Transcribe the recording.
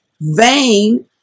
Vain